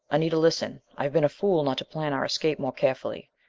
anita, listen. i've been a fool not to plan our escape more carefully.